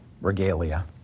regalia